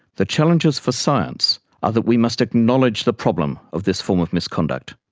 the challenges for science are that we must acknowledge the problem of this form of misconduct,